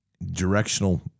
directional